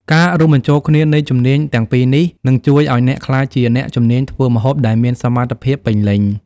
ការរួមបញ្ចូលគ្នានៃជំនាញទាំងពីរនេះ នឹងជួយឱ្យអ្នកក្លាយជាអ្នកជំនាញធ្វើម្ហូបដែលមានសមត្ថភាពពេញលេញ។